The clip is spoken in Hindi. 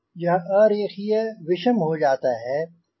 यह अरेखीय विषम हो जाता है